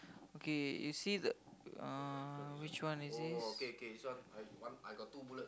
okay you see the uh which one is this